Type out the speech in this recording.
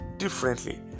differently